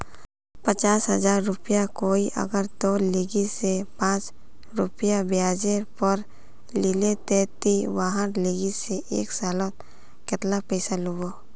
पचास हजार रुपया कोई अगर तोर लिकी से पाँच रुपया ब्याजेर पोर लीले ते ती वहार लिकी से एक सालोत कतेला पैसा लुबो?